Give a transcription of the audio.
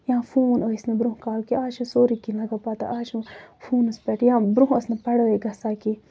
یا فون ٲسۍ نہٕ برونٛہہ کالہٕ کیٚنہہ آز چھُ سورُے کیٚنہہ لَگان پَتہ آز چھُ فونَس پٮ۪ٹھ یا برونٛہہ ٲسۍ نہٕ پَڑٲے گژھان کیٚنٛہہ